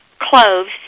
cloves